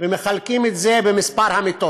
ומחלקים את זה במספר המיטות,